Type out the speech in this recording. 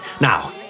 Now